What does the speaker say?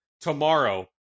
tomorrow